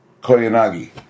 Koyanagi